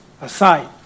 aside